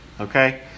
Okay